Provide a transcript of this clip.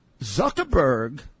Zuckerberg